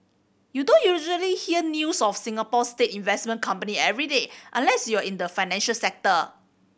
you don't usually hear news of Singapore's state investment company every day unless you're in the financial sector